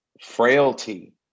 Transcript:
frailty